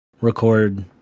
record